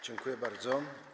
Dziękuję bardzo.